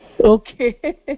Okay